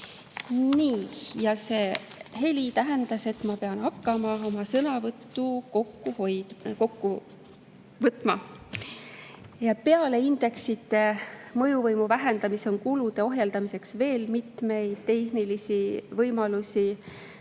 See heli tähendas, et ma pean hakkama oma sõnavõttu kokku võtma. Peale indeksite mõjuvõimu vähendamise on kulude ohjeldamiseks veel mitmeid tehnilisi võimalusi.